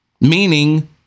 meaning